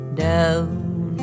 down